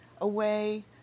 away